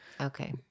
Okay